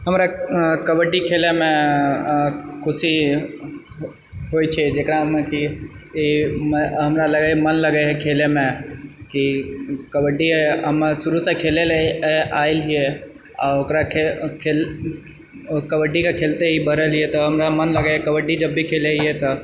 हमरा कबड्डी खेलैमे खुशी होइत छै जेकरामे कि ई हमरा लगैए मन लागैए खेलैमे कि कबड्डी हमर शुरुसँ खेलल एलिऐ आ ओकराके खेल कबड्डीके खेलते ही बढ़लिए तऽ हमरा मन लगैए कबड्डी जबभी खेलैए तऽ